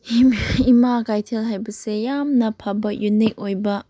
ꯏꯃꯥ ꯀꯩꯊꯦꯜ ꯍꯥꯏꯕꯁꯦ ꯌꯥꯝꯅ ꯐꯕ ꯌꯨꯅꯤꯛ ꯑꯣꯏꯕ